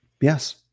Yes